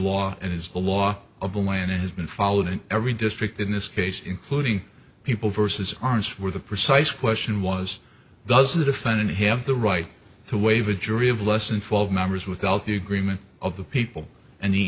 law and is the law of the land and has been followed in every district in this case including people versus ours where the precise question was does the defendant have the right to waive a jury of less and full members without the agreement of the people and the